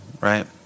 Right